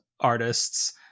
artists